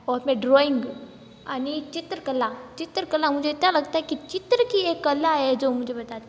और उस में ड्रॉइंग अनेक चित्रकला चित्रकला मुझे इतना लगता है कि चित्र की एक कला है जो मुझे बता